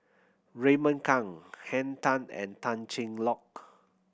Raymond Kang Henn Tan and Tan Cheng Lock